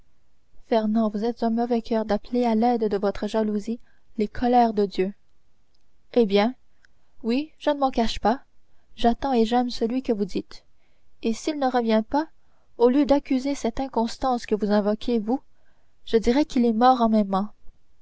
vous êtes un mauvais coeur d'appeler à l'aide de votre jalousie les colères de dieu eh bien oui je ne m'en cache pas j'attends et j'aime celui que vous dites et s'il ne revient pas au lieu d'accuser cette inconstance que vous invoquez vous je dirai qu'il est mort en